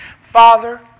Father